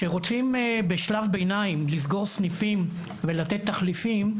כשרוצים בשלב ביניים לסגור סניפים ולתת תחליפים,